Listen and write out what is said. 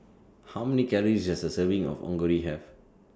How Many Calories Does A Serving of Onigiri Have